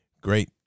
Great